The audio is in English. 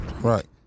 Right